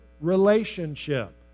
relationship